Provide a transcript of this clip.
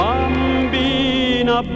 Bambina